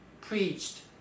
preached